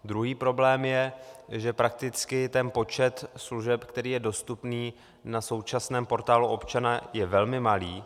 Druhý problém je, že prakticky ten počet služeb, který je dostupný na současném Portálu občana, je velmi malý.